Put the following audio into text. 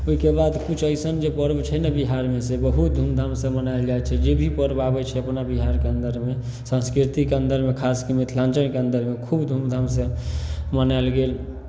ओहिके बाद किछु अइसन जे पर्व छै ने बिहारमे से बहुत धूमधामसँ मनायल जाइ छै जे भी पर्व आबै छै अपना बिहारके अन्दरमे संस्कृतिके अन्दरमे खासके मिथिलाञ्चलके अन्दरमे खूब धूमधामसँ मनायल गेल